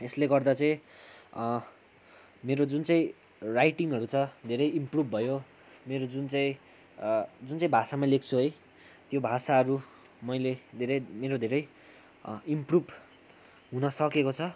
यसले गर्दा चाहिँ मेरो जुन चाहिँ राइटिङहरू छ धेरै इमप्रुभ भयो मेरो जुन चाहिँ जुन चाहिँ भाषामा लेख्छु है त्यो भाषाहरू मैले धेरै मेरो धेरै इमप्रुभ हुन सकेको छ